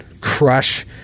Crush